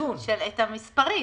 את המספרים.